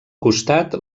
costat